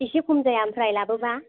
इसे खम जाया ओमफ्राय लाबोबा